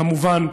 כמובן,